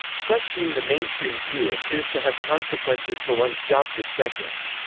questioning the mainstream view appears to have consequences for one's job perspectives.